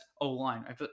O-line